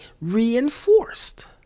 reinforced